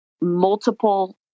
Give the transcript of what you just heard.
multiple